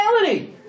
reality